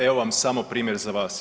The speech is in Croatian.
Evo vam samo primjer za vas.